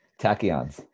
Tachyons